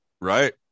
Right